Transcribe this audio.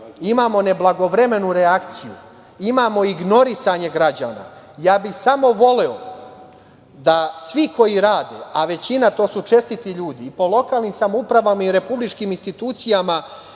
imamo neblagovremenu reakciju, imamo ignorisanje građana. Ja bih samo voleo da svi koji rade, a većina, to su čestiti ljudi po lokalnim samoupravama i republičkim institucijama